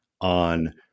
on